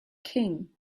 king